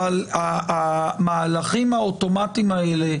אבל המהלכים האוטומטיים האלה